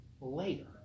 later